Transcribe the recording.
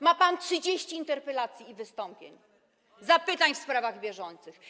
Ma pan 30 interpelacji i wystąpień, zapytań w sprawach bieżących.